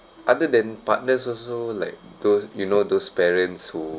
other than partners also like those you know those parents who